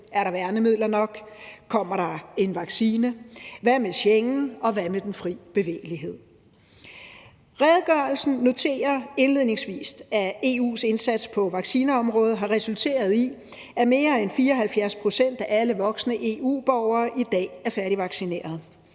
Er der værnemidler nok? Kommer der en vaccine? Hvad med Schengen? Og hvad med den fri bevægelighed? Redegørelsen noterer indledningsvis, at EU's indsats på vaccineområdet har resulteret i, at mere end 74 pct. af alle voksne EU-borgere i dag er færdigvaccineret,